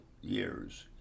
years